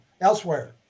elsewhere